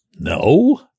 no